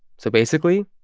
so basically,